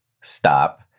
stop